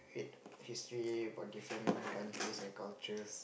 read history about different countries and cultures